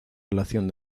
relación